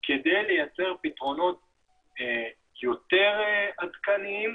כדי לייצר פתרונות יותר עדכניים,